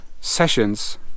sessions